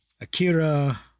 Akira